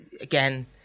again